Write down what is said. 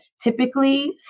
typically